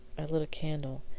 i lit a candle,